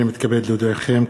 הנני מתכבד להודיעכם,